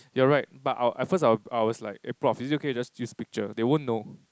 you are right but I'll I'll first I I was like eh prof is it okay if you just you picture they won't know